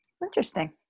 Interesting